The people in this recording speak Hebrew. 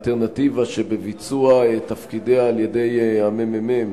האלטרנטיבה שבביצוע תפקידיה על-ידי הממ"מ,